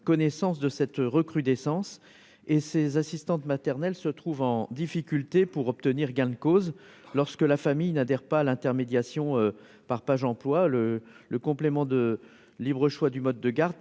connaissance de cette recrudescence et ses assistantes maternelles se trouve en difficulté pour obtenir gain de cause, lorsque la famille n'adhère pas l'intermédiation par page, j'emploie le le complément de libre choix du mode de garde